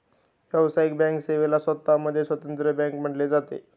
व्यावसायिक बँक सेवेला स्वतः मध्ये स्वतंत्र बँक म्हटले जाते